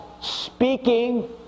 speaking